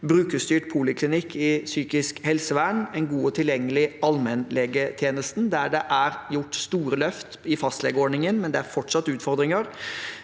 brukerstyrt poliklinikk i psykisk helsevern – en god og tilgjengelig allmennlegetjeneste – der det er gjort store løft i fastlegeordningen, men fortsatt er utfordringer